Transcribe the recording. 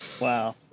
Wow